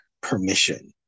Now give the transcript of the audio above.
permission